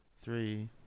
three